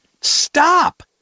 stop